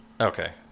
okay